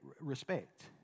respect